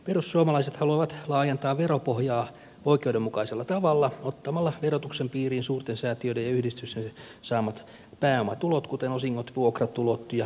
perussuomalaiset haluavat laajentaa veropohjaa oikeudenmukaisella tavalla ottamalla verotuksen piiriin suurten säätiöiden ja yhdistysten saamat pääomatulot kuten osingot vuokratulot ja myyntivoitot